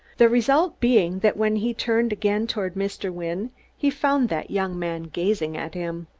the result being that when he turned again toward mr. wynne he found that young man gazing at him.